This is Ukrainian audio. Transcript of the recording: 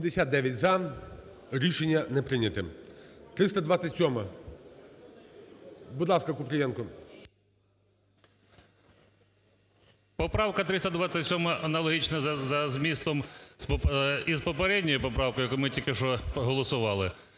Поправка 327-а аналогічна за змістом із попередньою поправкою, яку ми тільки що проголосували.